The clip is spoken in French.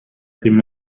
prime